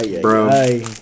bro